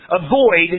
Avoid